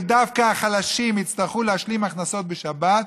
ודווקא החלשים יצטרכו להשלים הכנסות בשבת,